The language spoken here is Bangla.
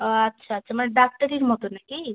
ও আচ্ছা আচ্ছা মানে ডাক্তারির মতো নাকি